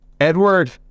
Edward